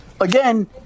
again